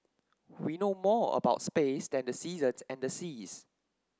we know more about space than the seasons and the seas